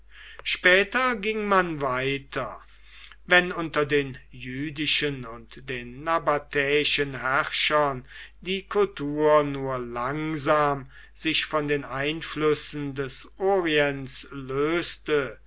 später ging man weiter wenn unter den jüdischen und den nabatäischen herrschern die kultur nur langsam sich von den einflüssen des orients löste